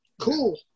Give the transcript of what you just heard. cool